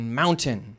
mountain